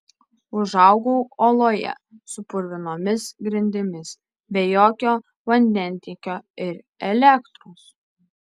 užaugau oloje su purvinomis grindimis be jokio vandentiekio ir elektros